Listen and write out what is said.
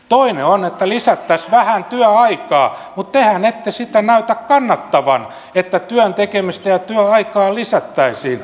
toinen on että lisättäisiin vähän työaikaa mutta tehän ette sitä näytä kannattavan että työn tekemistä ja työaikaa lisättäisiin